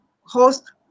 Host